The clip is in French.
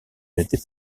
n’était